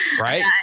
Right